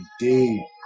indeed